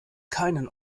keinen